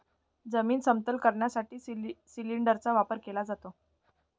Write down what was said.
जमीन समतल करण्यासाठी सिलिंडरचा वापर केला जातो